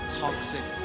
toxic